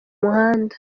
muhanda